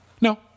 No